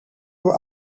door